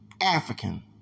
african